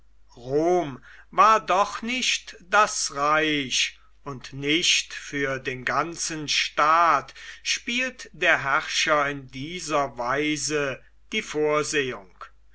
rom war doch nicht das reich und nicht für den ganzen staat spielt der herrscher in dieser weise die vorsehung